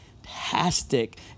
fantastic